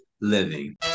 living